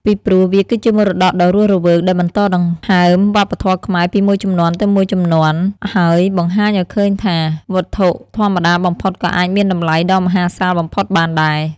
ពីព្រោះ វាគឺជាមរតកដ៏រស់រវើក ដែលបន្តដង្ហើមវប្បធម៌ខ្មែរពីមួយជំនាន់ទៅមួយជំនាន់ ហើយបង្ហាញឲ្យឃើញថា វត្ថុធម្មតាបំផុតក៏អាចមានតម្លៃដ៏មហាសាលបំផុតបានដែរ។